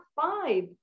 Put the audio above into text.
five